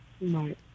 Right